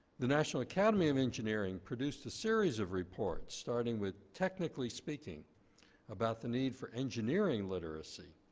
the national academy of engineering produced a series of reports starting with technically speaking about the need for engineering literacy.